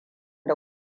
da